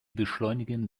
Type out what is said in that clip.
beschleunigen